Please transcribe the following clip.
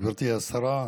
גברתי השרה,